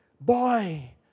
boy